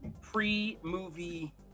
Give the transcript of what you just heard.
pre-movie